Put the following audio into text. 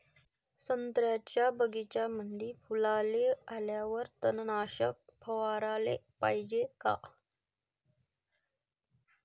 संत्र्याच्या बगीच्यामंदी फुलाले आल्यावर तननाशक फवाराले पायजे का?